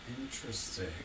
Interesting